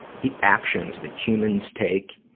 the actions that humans take